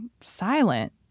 silent